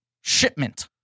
shipment